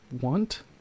want